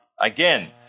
Again